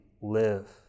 live